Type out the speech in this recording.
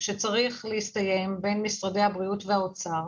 שצריך להסתיים בין משרדי הבריאות והאוצר,